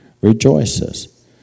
rejoices